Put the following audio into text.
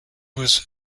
was